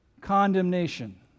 condemnation